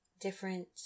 different